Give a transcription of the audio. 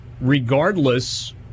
regardless